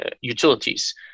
utilities